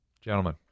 Gentlemen